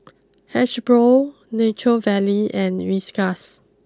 Hasbro Nature Valley and Whiskas